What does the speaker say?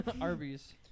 Arby's